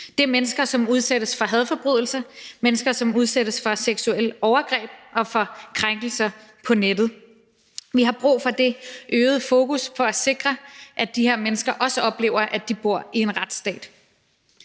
Det er mennesker, som udsættes for hadforbrydelser, mennesker, som udsættes for seksuelle overgreb og for krænkelser på nettet. Vi har brug for det øgede fokus for at sikre, at de her mennesker også oplever, at de bor i en retsstat.